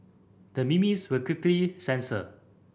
the memes were quickly censored